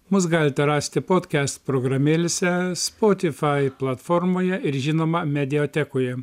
mus galite rasti podkest programėlėse spotifai platformoje ir žinoma mediatekoje